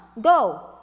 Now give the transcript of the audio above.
go